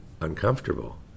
uncomfortable